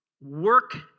Work